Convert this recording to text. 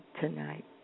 tonight